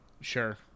Sure